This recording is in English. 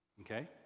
Okay